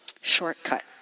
shortcut